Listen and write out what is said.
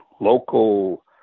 local